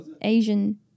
Asian